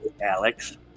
Alex